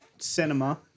cinema